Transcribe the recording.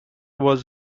was